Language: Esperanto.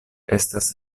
estas